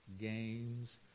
games